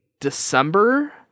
December